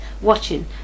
watching